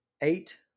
Eight